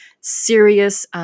serious